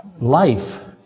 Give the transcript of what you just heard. life